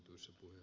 okei